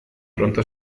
pronto